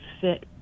fit